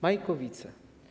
Majkowice.